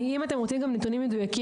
אם אתם רוצים נתונים מדויקים,